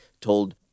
told